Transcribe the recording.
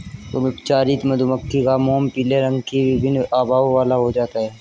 अनुपचारित मधुमक्खी का मोम पीले रंग की विभिन्न आभाओं वाला हो जाता है